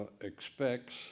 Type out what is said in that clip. expects